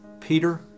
Peter